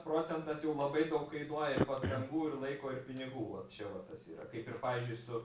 procentas jau labai daug kainuoja ir pastangų ir laiko ir pinigų va čia va tas yra kaip ir pavyzdžiui su